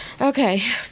Okay